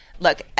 Look